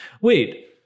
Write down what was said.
Wait